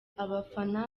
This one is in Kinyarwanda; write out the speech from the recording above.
abafana